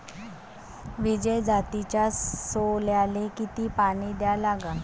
विजय जातीच्या सोल्याले किती पानी द्या लागन?